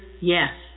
Yes